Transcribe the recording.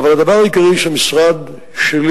לרבות זו של משרד התשתיות הלאומיות.